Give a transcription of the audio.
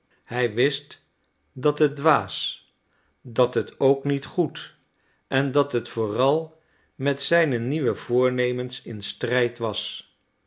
hij wist dat het dwaas dat het ook niet goed en dat het vooral met zijne nieuwe voornemens in strijd was